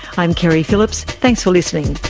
i'm keri phillips. thanks for listening